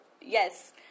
Yes